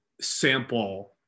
sample